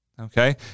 Okay